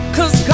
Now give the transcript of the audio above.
Cause